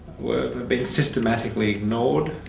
were being systematically ignored,